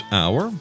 hour